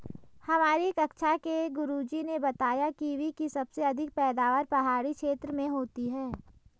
हमारी कक्षा के गुरुजी ने बताया कीवी की सबसे अधिक पैदावार पहाड़ी क्षेत्र में होती है